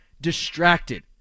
distracted